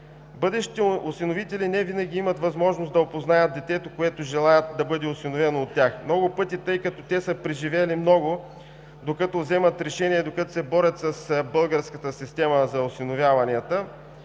Бъдещите осиновители невинаги имат възможност да опознаят детето, което желаят да бъде осиновено от тях. Много пъти, тъй като те са преживели много, докато вземат решение, докато се борят с българската система за осиновяванията,